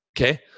Okay